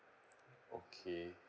okay